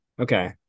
Okay